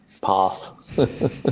path